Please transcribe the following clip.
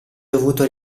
dovuto